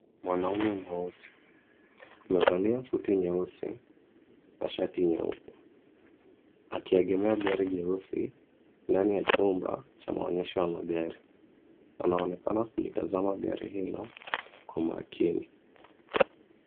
Mwanaume mweusi, amevalia suti nyeusi na shati nyeupe, akiegemea gari jeusi ndani ya chumba cha maonyesho ya magari. Anaonekana kulitazama gari hilo kwa makini.